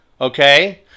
Okay